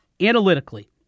analytically